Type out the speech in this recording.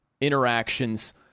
interactions